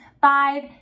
Five